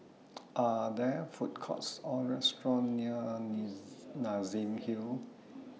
Are There Food Courts Or restaurants near Nassim Hill